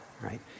right